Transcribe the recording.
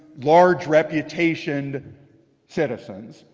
large reputationed citizens.